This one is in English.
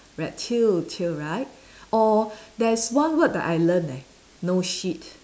like chill chill right or there's one word that I learn leh no shit